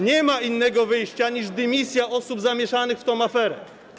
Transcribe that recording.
Nie ma innego wyjścia niż dymisja osób zamieszanych w tę aferę.